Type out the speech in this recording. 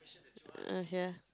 err ya